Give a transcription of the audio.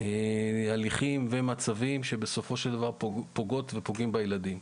הליכים ומצבים שבסופו של דבר פוגעים בילדים.